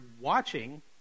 watching